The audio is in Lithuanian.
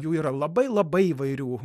jų yra labai labai įvairių